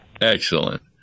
Excellent